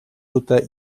ruta